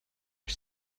are